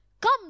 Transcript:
Come